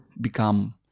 become